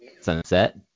sunset